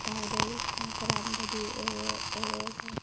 दावदै ना गोरान बायदि एवो जों